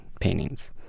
paintings